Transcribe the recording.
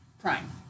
Prime